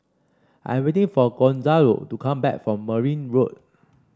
I am waiting for Gonzalo to come back from Merryn Road